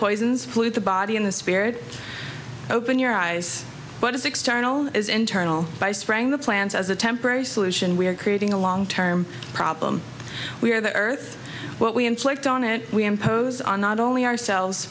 poisons pollute the body and the spirit open your eyes what is external is internal by spraying the plants as a temporary solution we are creating a long term problem we are the earth what we inflict on it we impose on not only ourselves